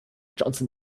johnson